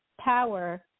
power